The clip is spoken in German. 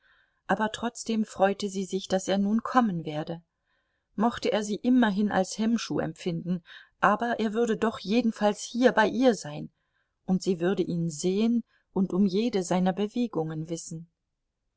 aber trotzdem freute sie sich daß er nun kommen werde mochte er sie immerhin als hemmschuh empfinden aber er würde doch jedenfalls hier bei ihr sein und sie würde ihn sehen und um jede seiner bewegungen wissen